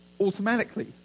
automatically